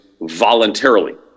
voluntarily